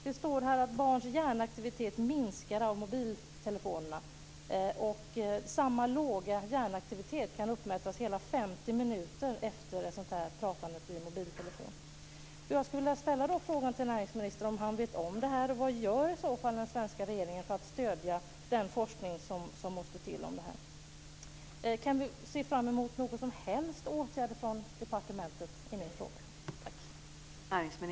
Det står att barns hjärnaktivitet minskar av mobiltelefonerna. Samma låga hjärnaktivitet kan uppmätas hela 50 minuter efter pratandet i mobiltelefon. Jag skulle vilja ställa frågan till näringsministern om han vet som detta. Vad gör i så fall gör den svenska regeringen för att stödja den forskning som måste till om det här? Kan vi se fram emot några som helst åtgärder från departementet i frågan?